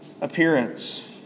appearance